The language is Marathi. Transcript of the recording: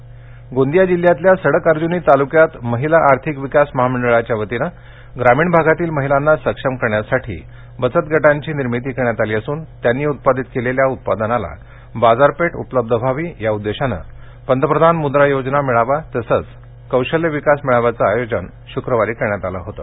कौशल्य विकास मेळावा गोंदिया जिल्ह्यातल्या सडक अर्ज्नी ताल्क्यात महिला आर्थिक विकास महामंडळच्या वतीनं ग्रामीण भागातील महिलांना सक्षम करण्यासाठी बचत गटांची निर्मिती करण्यात आली असून त्यांनी उत्पादित केलेल्या उत्पादनाला बाजारपेठ उपलब्ध व्हावी या उद्देशानं पंतप्रधान मुद्रा योजना मेळावा तसंच कौशल्य विकास मेळाव्याचं आयोजन शक्रवारी करण्यात आलं होतं